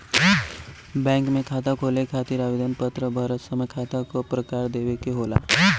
bank में खाता खोले खातिर आवेदन पत्र भरत समय खाता क प्रकार देवे के होला